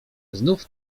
znów